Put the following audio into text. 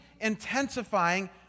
intensifying